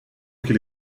qu’il